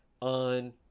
on